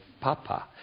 Papa